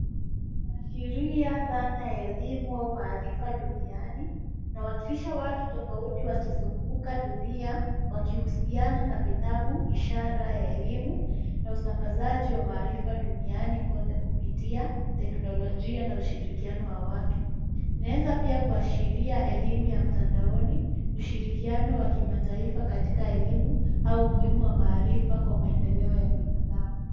Inaashiria dhana ya elimu au maarifa duniani. Inawakilisha watu tofauti wakizunguka dunia wakihusiana na vitabu, ishara ya elimu na usambazaji wa maarifa duniani kote kupitia teknolojia na ushirikiano wa watu. Inaweza pia kuashiria elimu ya mtandaoni, ushirikiano wa kimataifa katika elimu au umuhimu wa maarifa kwa maendeleo ya binadamu.